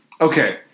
okay